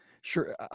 Sure